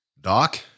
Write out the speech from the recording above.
Doc